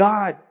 God